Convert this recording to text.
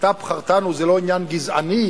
"אתה בחרתנו" זה לא עניין גזעני,